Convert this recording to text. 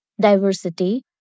diversity